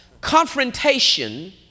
Confrontation